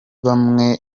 bamwe